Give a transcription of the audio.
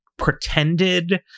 pretended